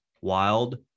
Wild